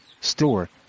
store